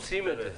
עושים את זה.